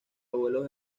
abuelos